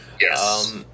Yes